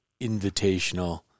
Invitational